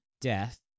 death